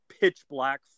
pitch-black